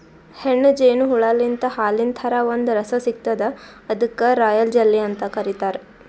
ಹೆಣ್ಣ್ ಜೇನು ಹುಳಾಲಿಂತ್ ಹಾಲಿನ್ ಥರಾ ಒಂದ್ ರಸ ಸಿಗ್ತದ್ ಅದಕ್ಕ್ ರಾಯಲ್ ಜೆಲ್ಲಿ ಅಂತ್ ಕರಿತಾರ್